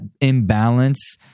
imbalance